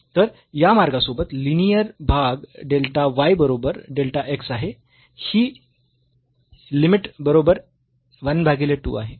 तर या मार्गासोबत लिनीअर भाग डेल्टा y बरोबर डेल्टा x आहे ही लिमिट बरोबर 1 भागीले 2 आहे